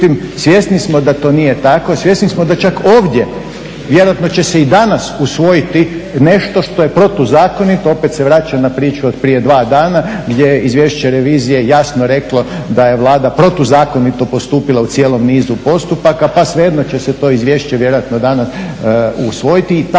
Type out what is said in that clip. svjesni smo da to nije tako i svjesni smo da čak ovdje, vjerojatno će se i danas usvojiti nešto što je protuzakonito, opet se vraćam na priču od prije dva dana gdje je izvješće revizije jasno reklo da je Vlada protuzakonito postupila u cijelom nizu postupaka pa svejedno će se to izvješće vjerojatno danas usvojiti i takva praksa nije